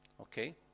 okay